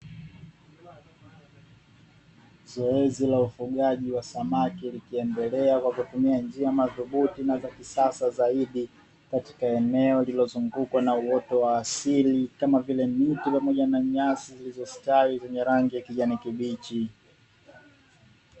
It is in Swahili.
Zoezi la ufugaji wa samaki likiendelea kwa kutumia njia madhubuti na za kisasa zaidi, katika eneo lililozungukwa na uoto wa asili kama vile miti pamoja na nyasi, zilizostawi zenye rangi ya kijani kibichi.